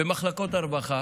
במחלקות הרווחה